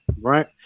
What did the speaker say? right